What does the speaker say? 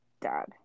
dad